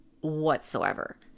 whatsoever